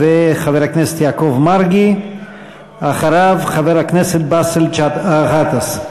חבר הכנסת יעקב מרגי, אחריו, חבר הכנסת באסל גטאס.